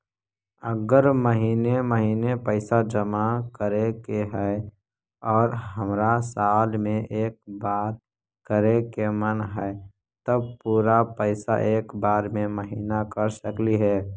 अगर महिने महिने पैसा जमा करे के है और हमरा साल में एक बार करे के मन हैं तब पुरा पैसा एक बार में महिना कर सकली हे?